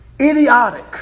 idiotic